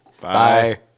Bye